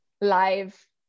live